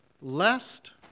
Lest